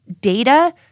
data